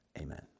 amen